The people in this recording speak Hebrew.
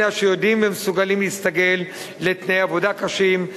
אלה שיודעים ומסוגלים להסתגל לתנאי עבודה קשים,